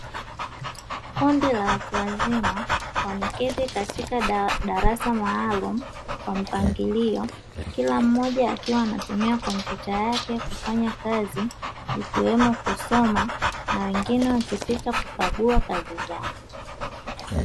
Kundi la watu wazima wameketi katika darasa maalumu kwa mpangilio kila mmoja, akiwa anatumia kompyuta yake kufanya kazi ikiwemo kusoma na wengine wakipita kukagua kazi zao.